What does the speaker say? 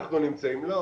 לא.